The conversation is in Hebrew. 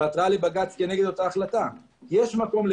ועתרה לבג"ץ כנגד אותה החלטה.